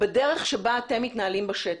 בדרך בה אתם מתנהלים בשטח.